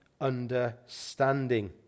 understanding